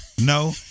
No